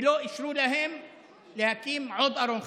ולא אישרו להם להקים עוד ארון חשמל,